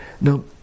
Now